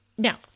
Now